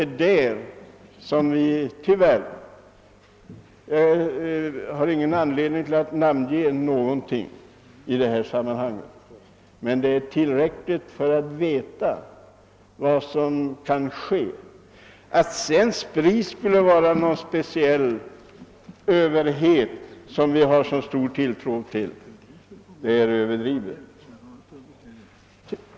Jag har ingen anledning att utpeka någonting i detta sammanhang, men det jag nu berört är tillräckligt för att vi skall veta vad som kan ske. Talet om att SPRI skulle vara någon speciell överhet som vi kan ha så stor tilltro till är överdrivet.